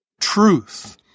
truth